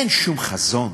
אין שום חזון.